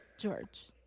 George